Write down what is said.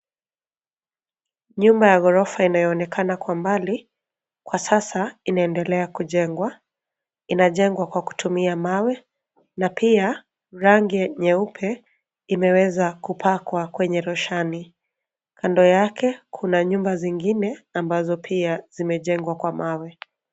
Nyumba ya ghorofa inayoonekana kwa mbali, kwa sasa inaendelea kujengwa. Inajengwa kwa kutumia mawe na pia rangi nyeupe imeweza kupakwa kwenye roshani. Kando yake kuna nyumba zingine ambazo pia zimejengwa kwa mawe.